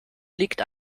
liegt